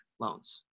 loans